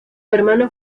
hermano